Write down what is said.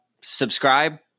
Subscribe